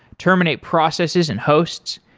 terminate processes and hosts.